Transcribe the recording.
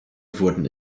wurden